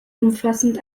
umfassend